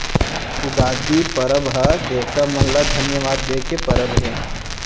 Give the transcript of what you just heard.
उगादी परब ह देवता मन ल धन्यवाद दे के परब हे